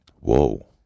Whoa